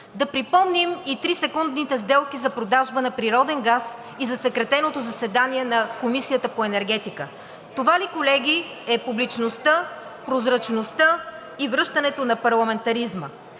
Да припомним и трисекундните сделки за продажба на природен газ и засекретеното заседание на Комисията по енергетика. Това ли, колеги, е публичността, прозрачността и връщането на парламентаризма?